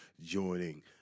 joining